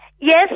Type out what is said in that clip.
Yes